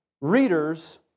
readers